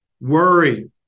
Worry